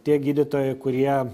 tie gydytojai kurie